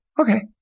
Okay